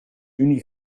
unie